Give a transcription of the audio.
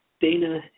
Dana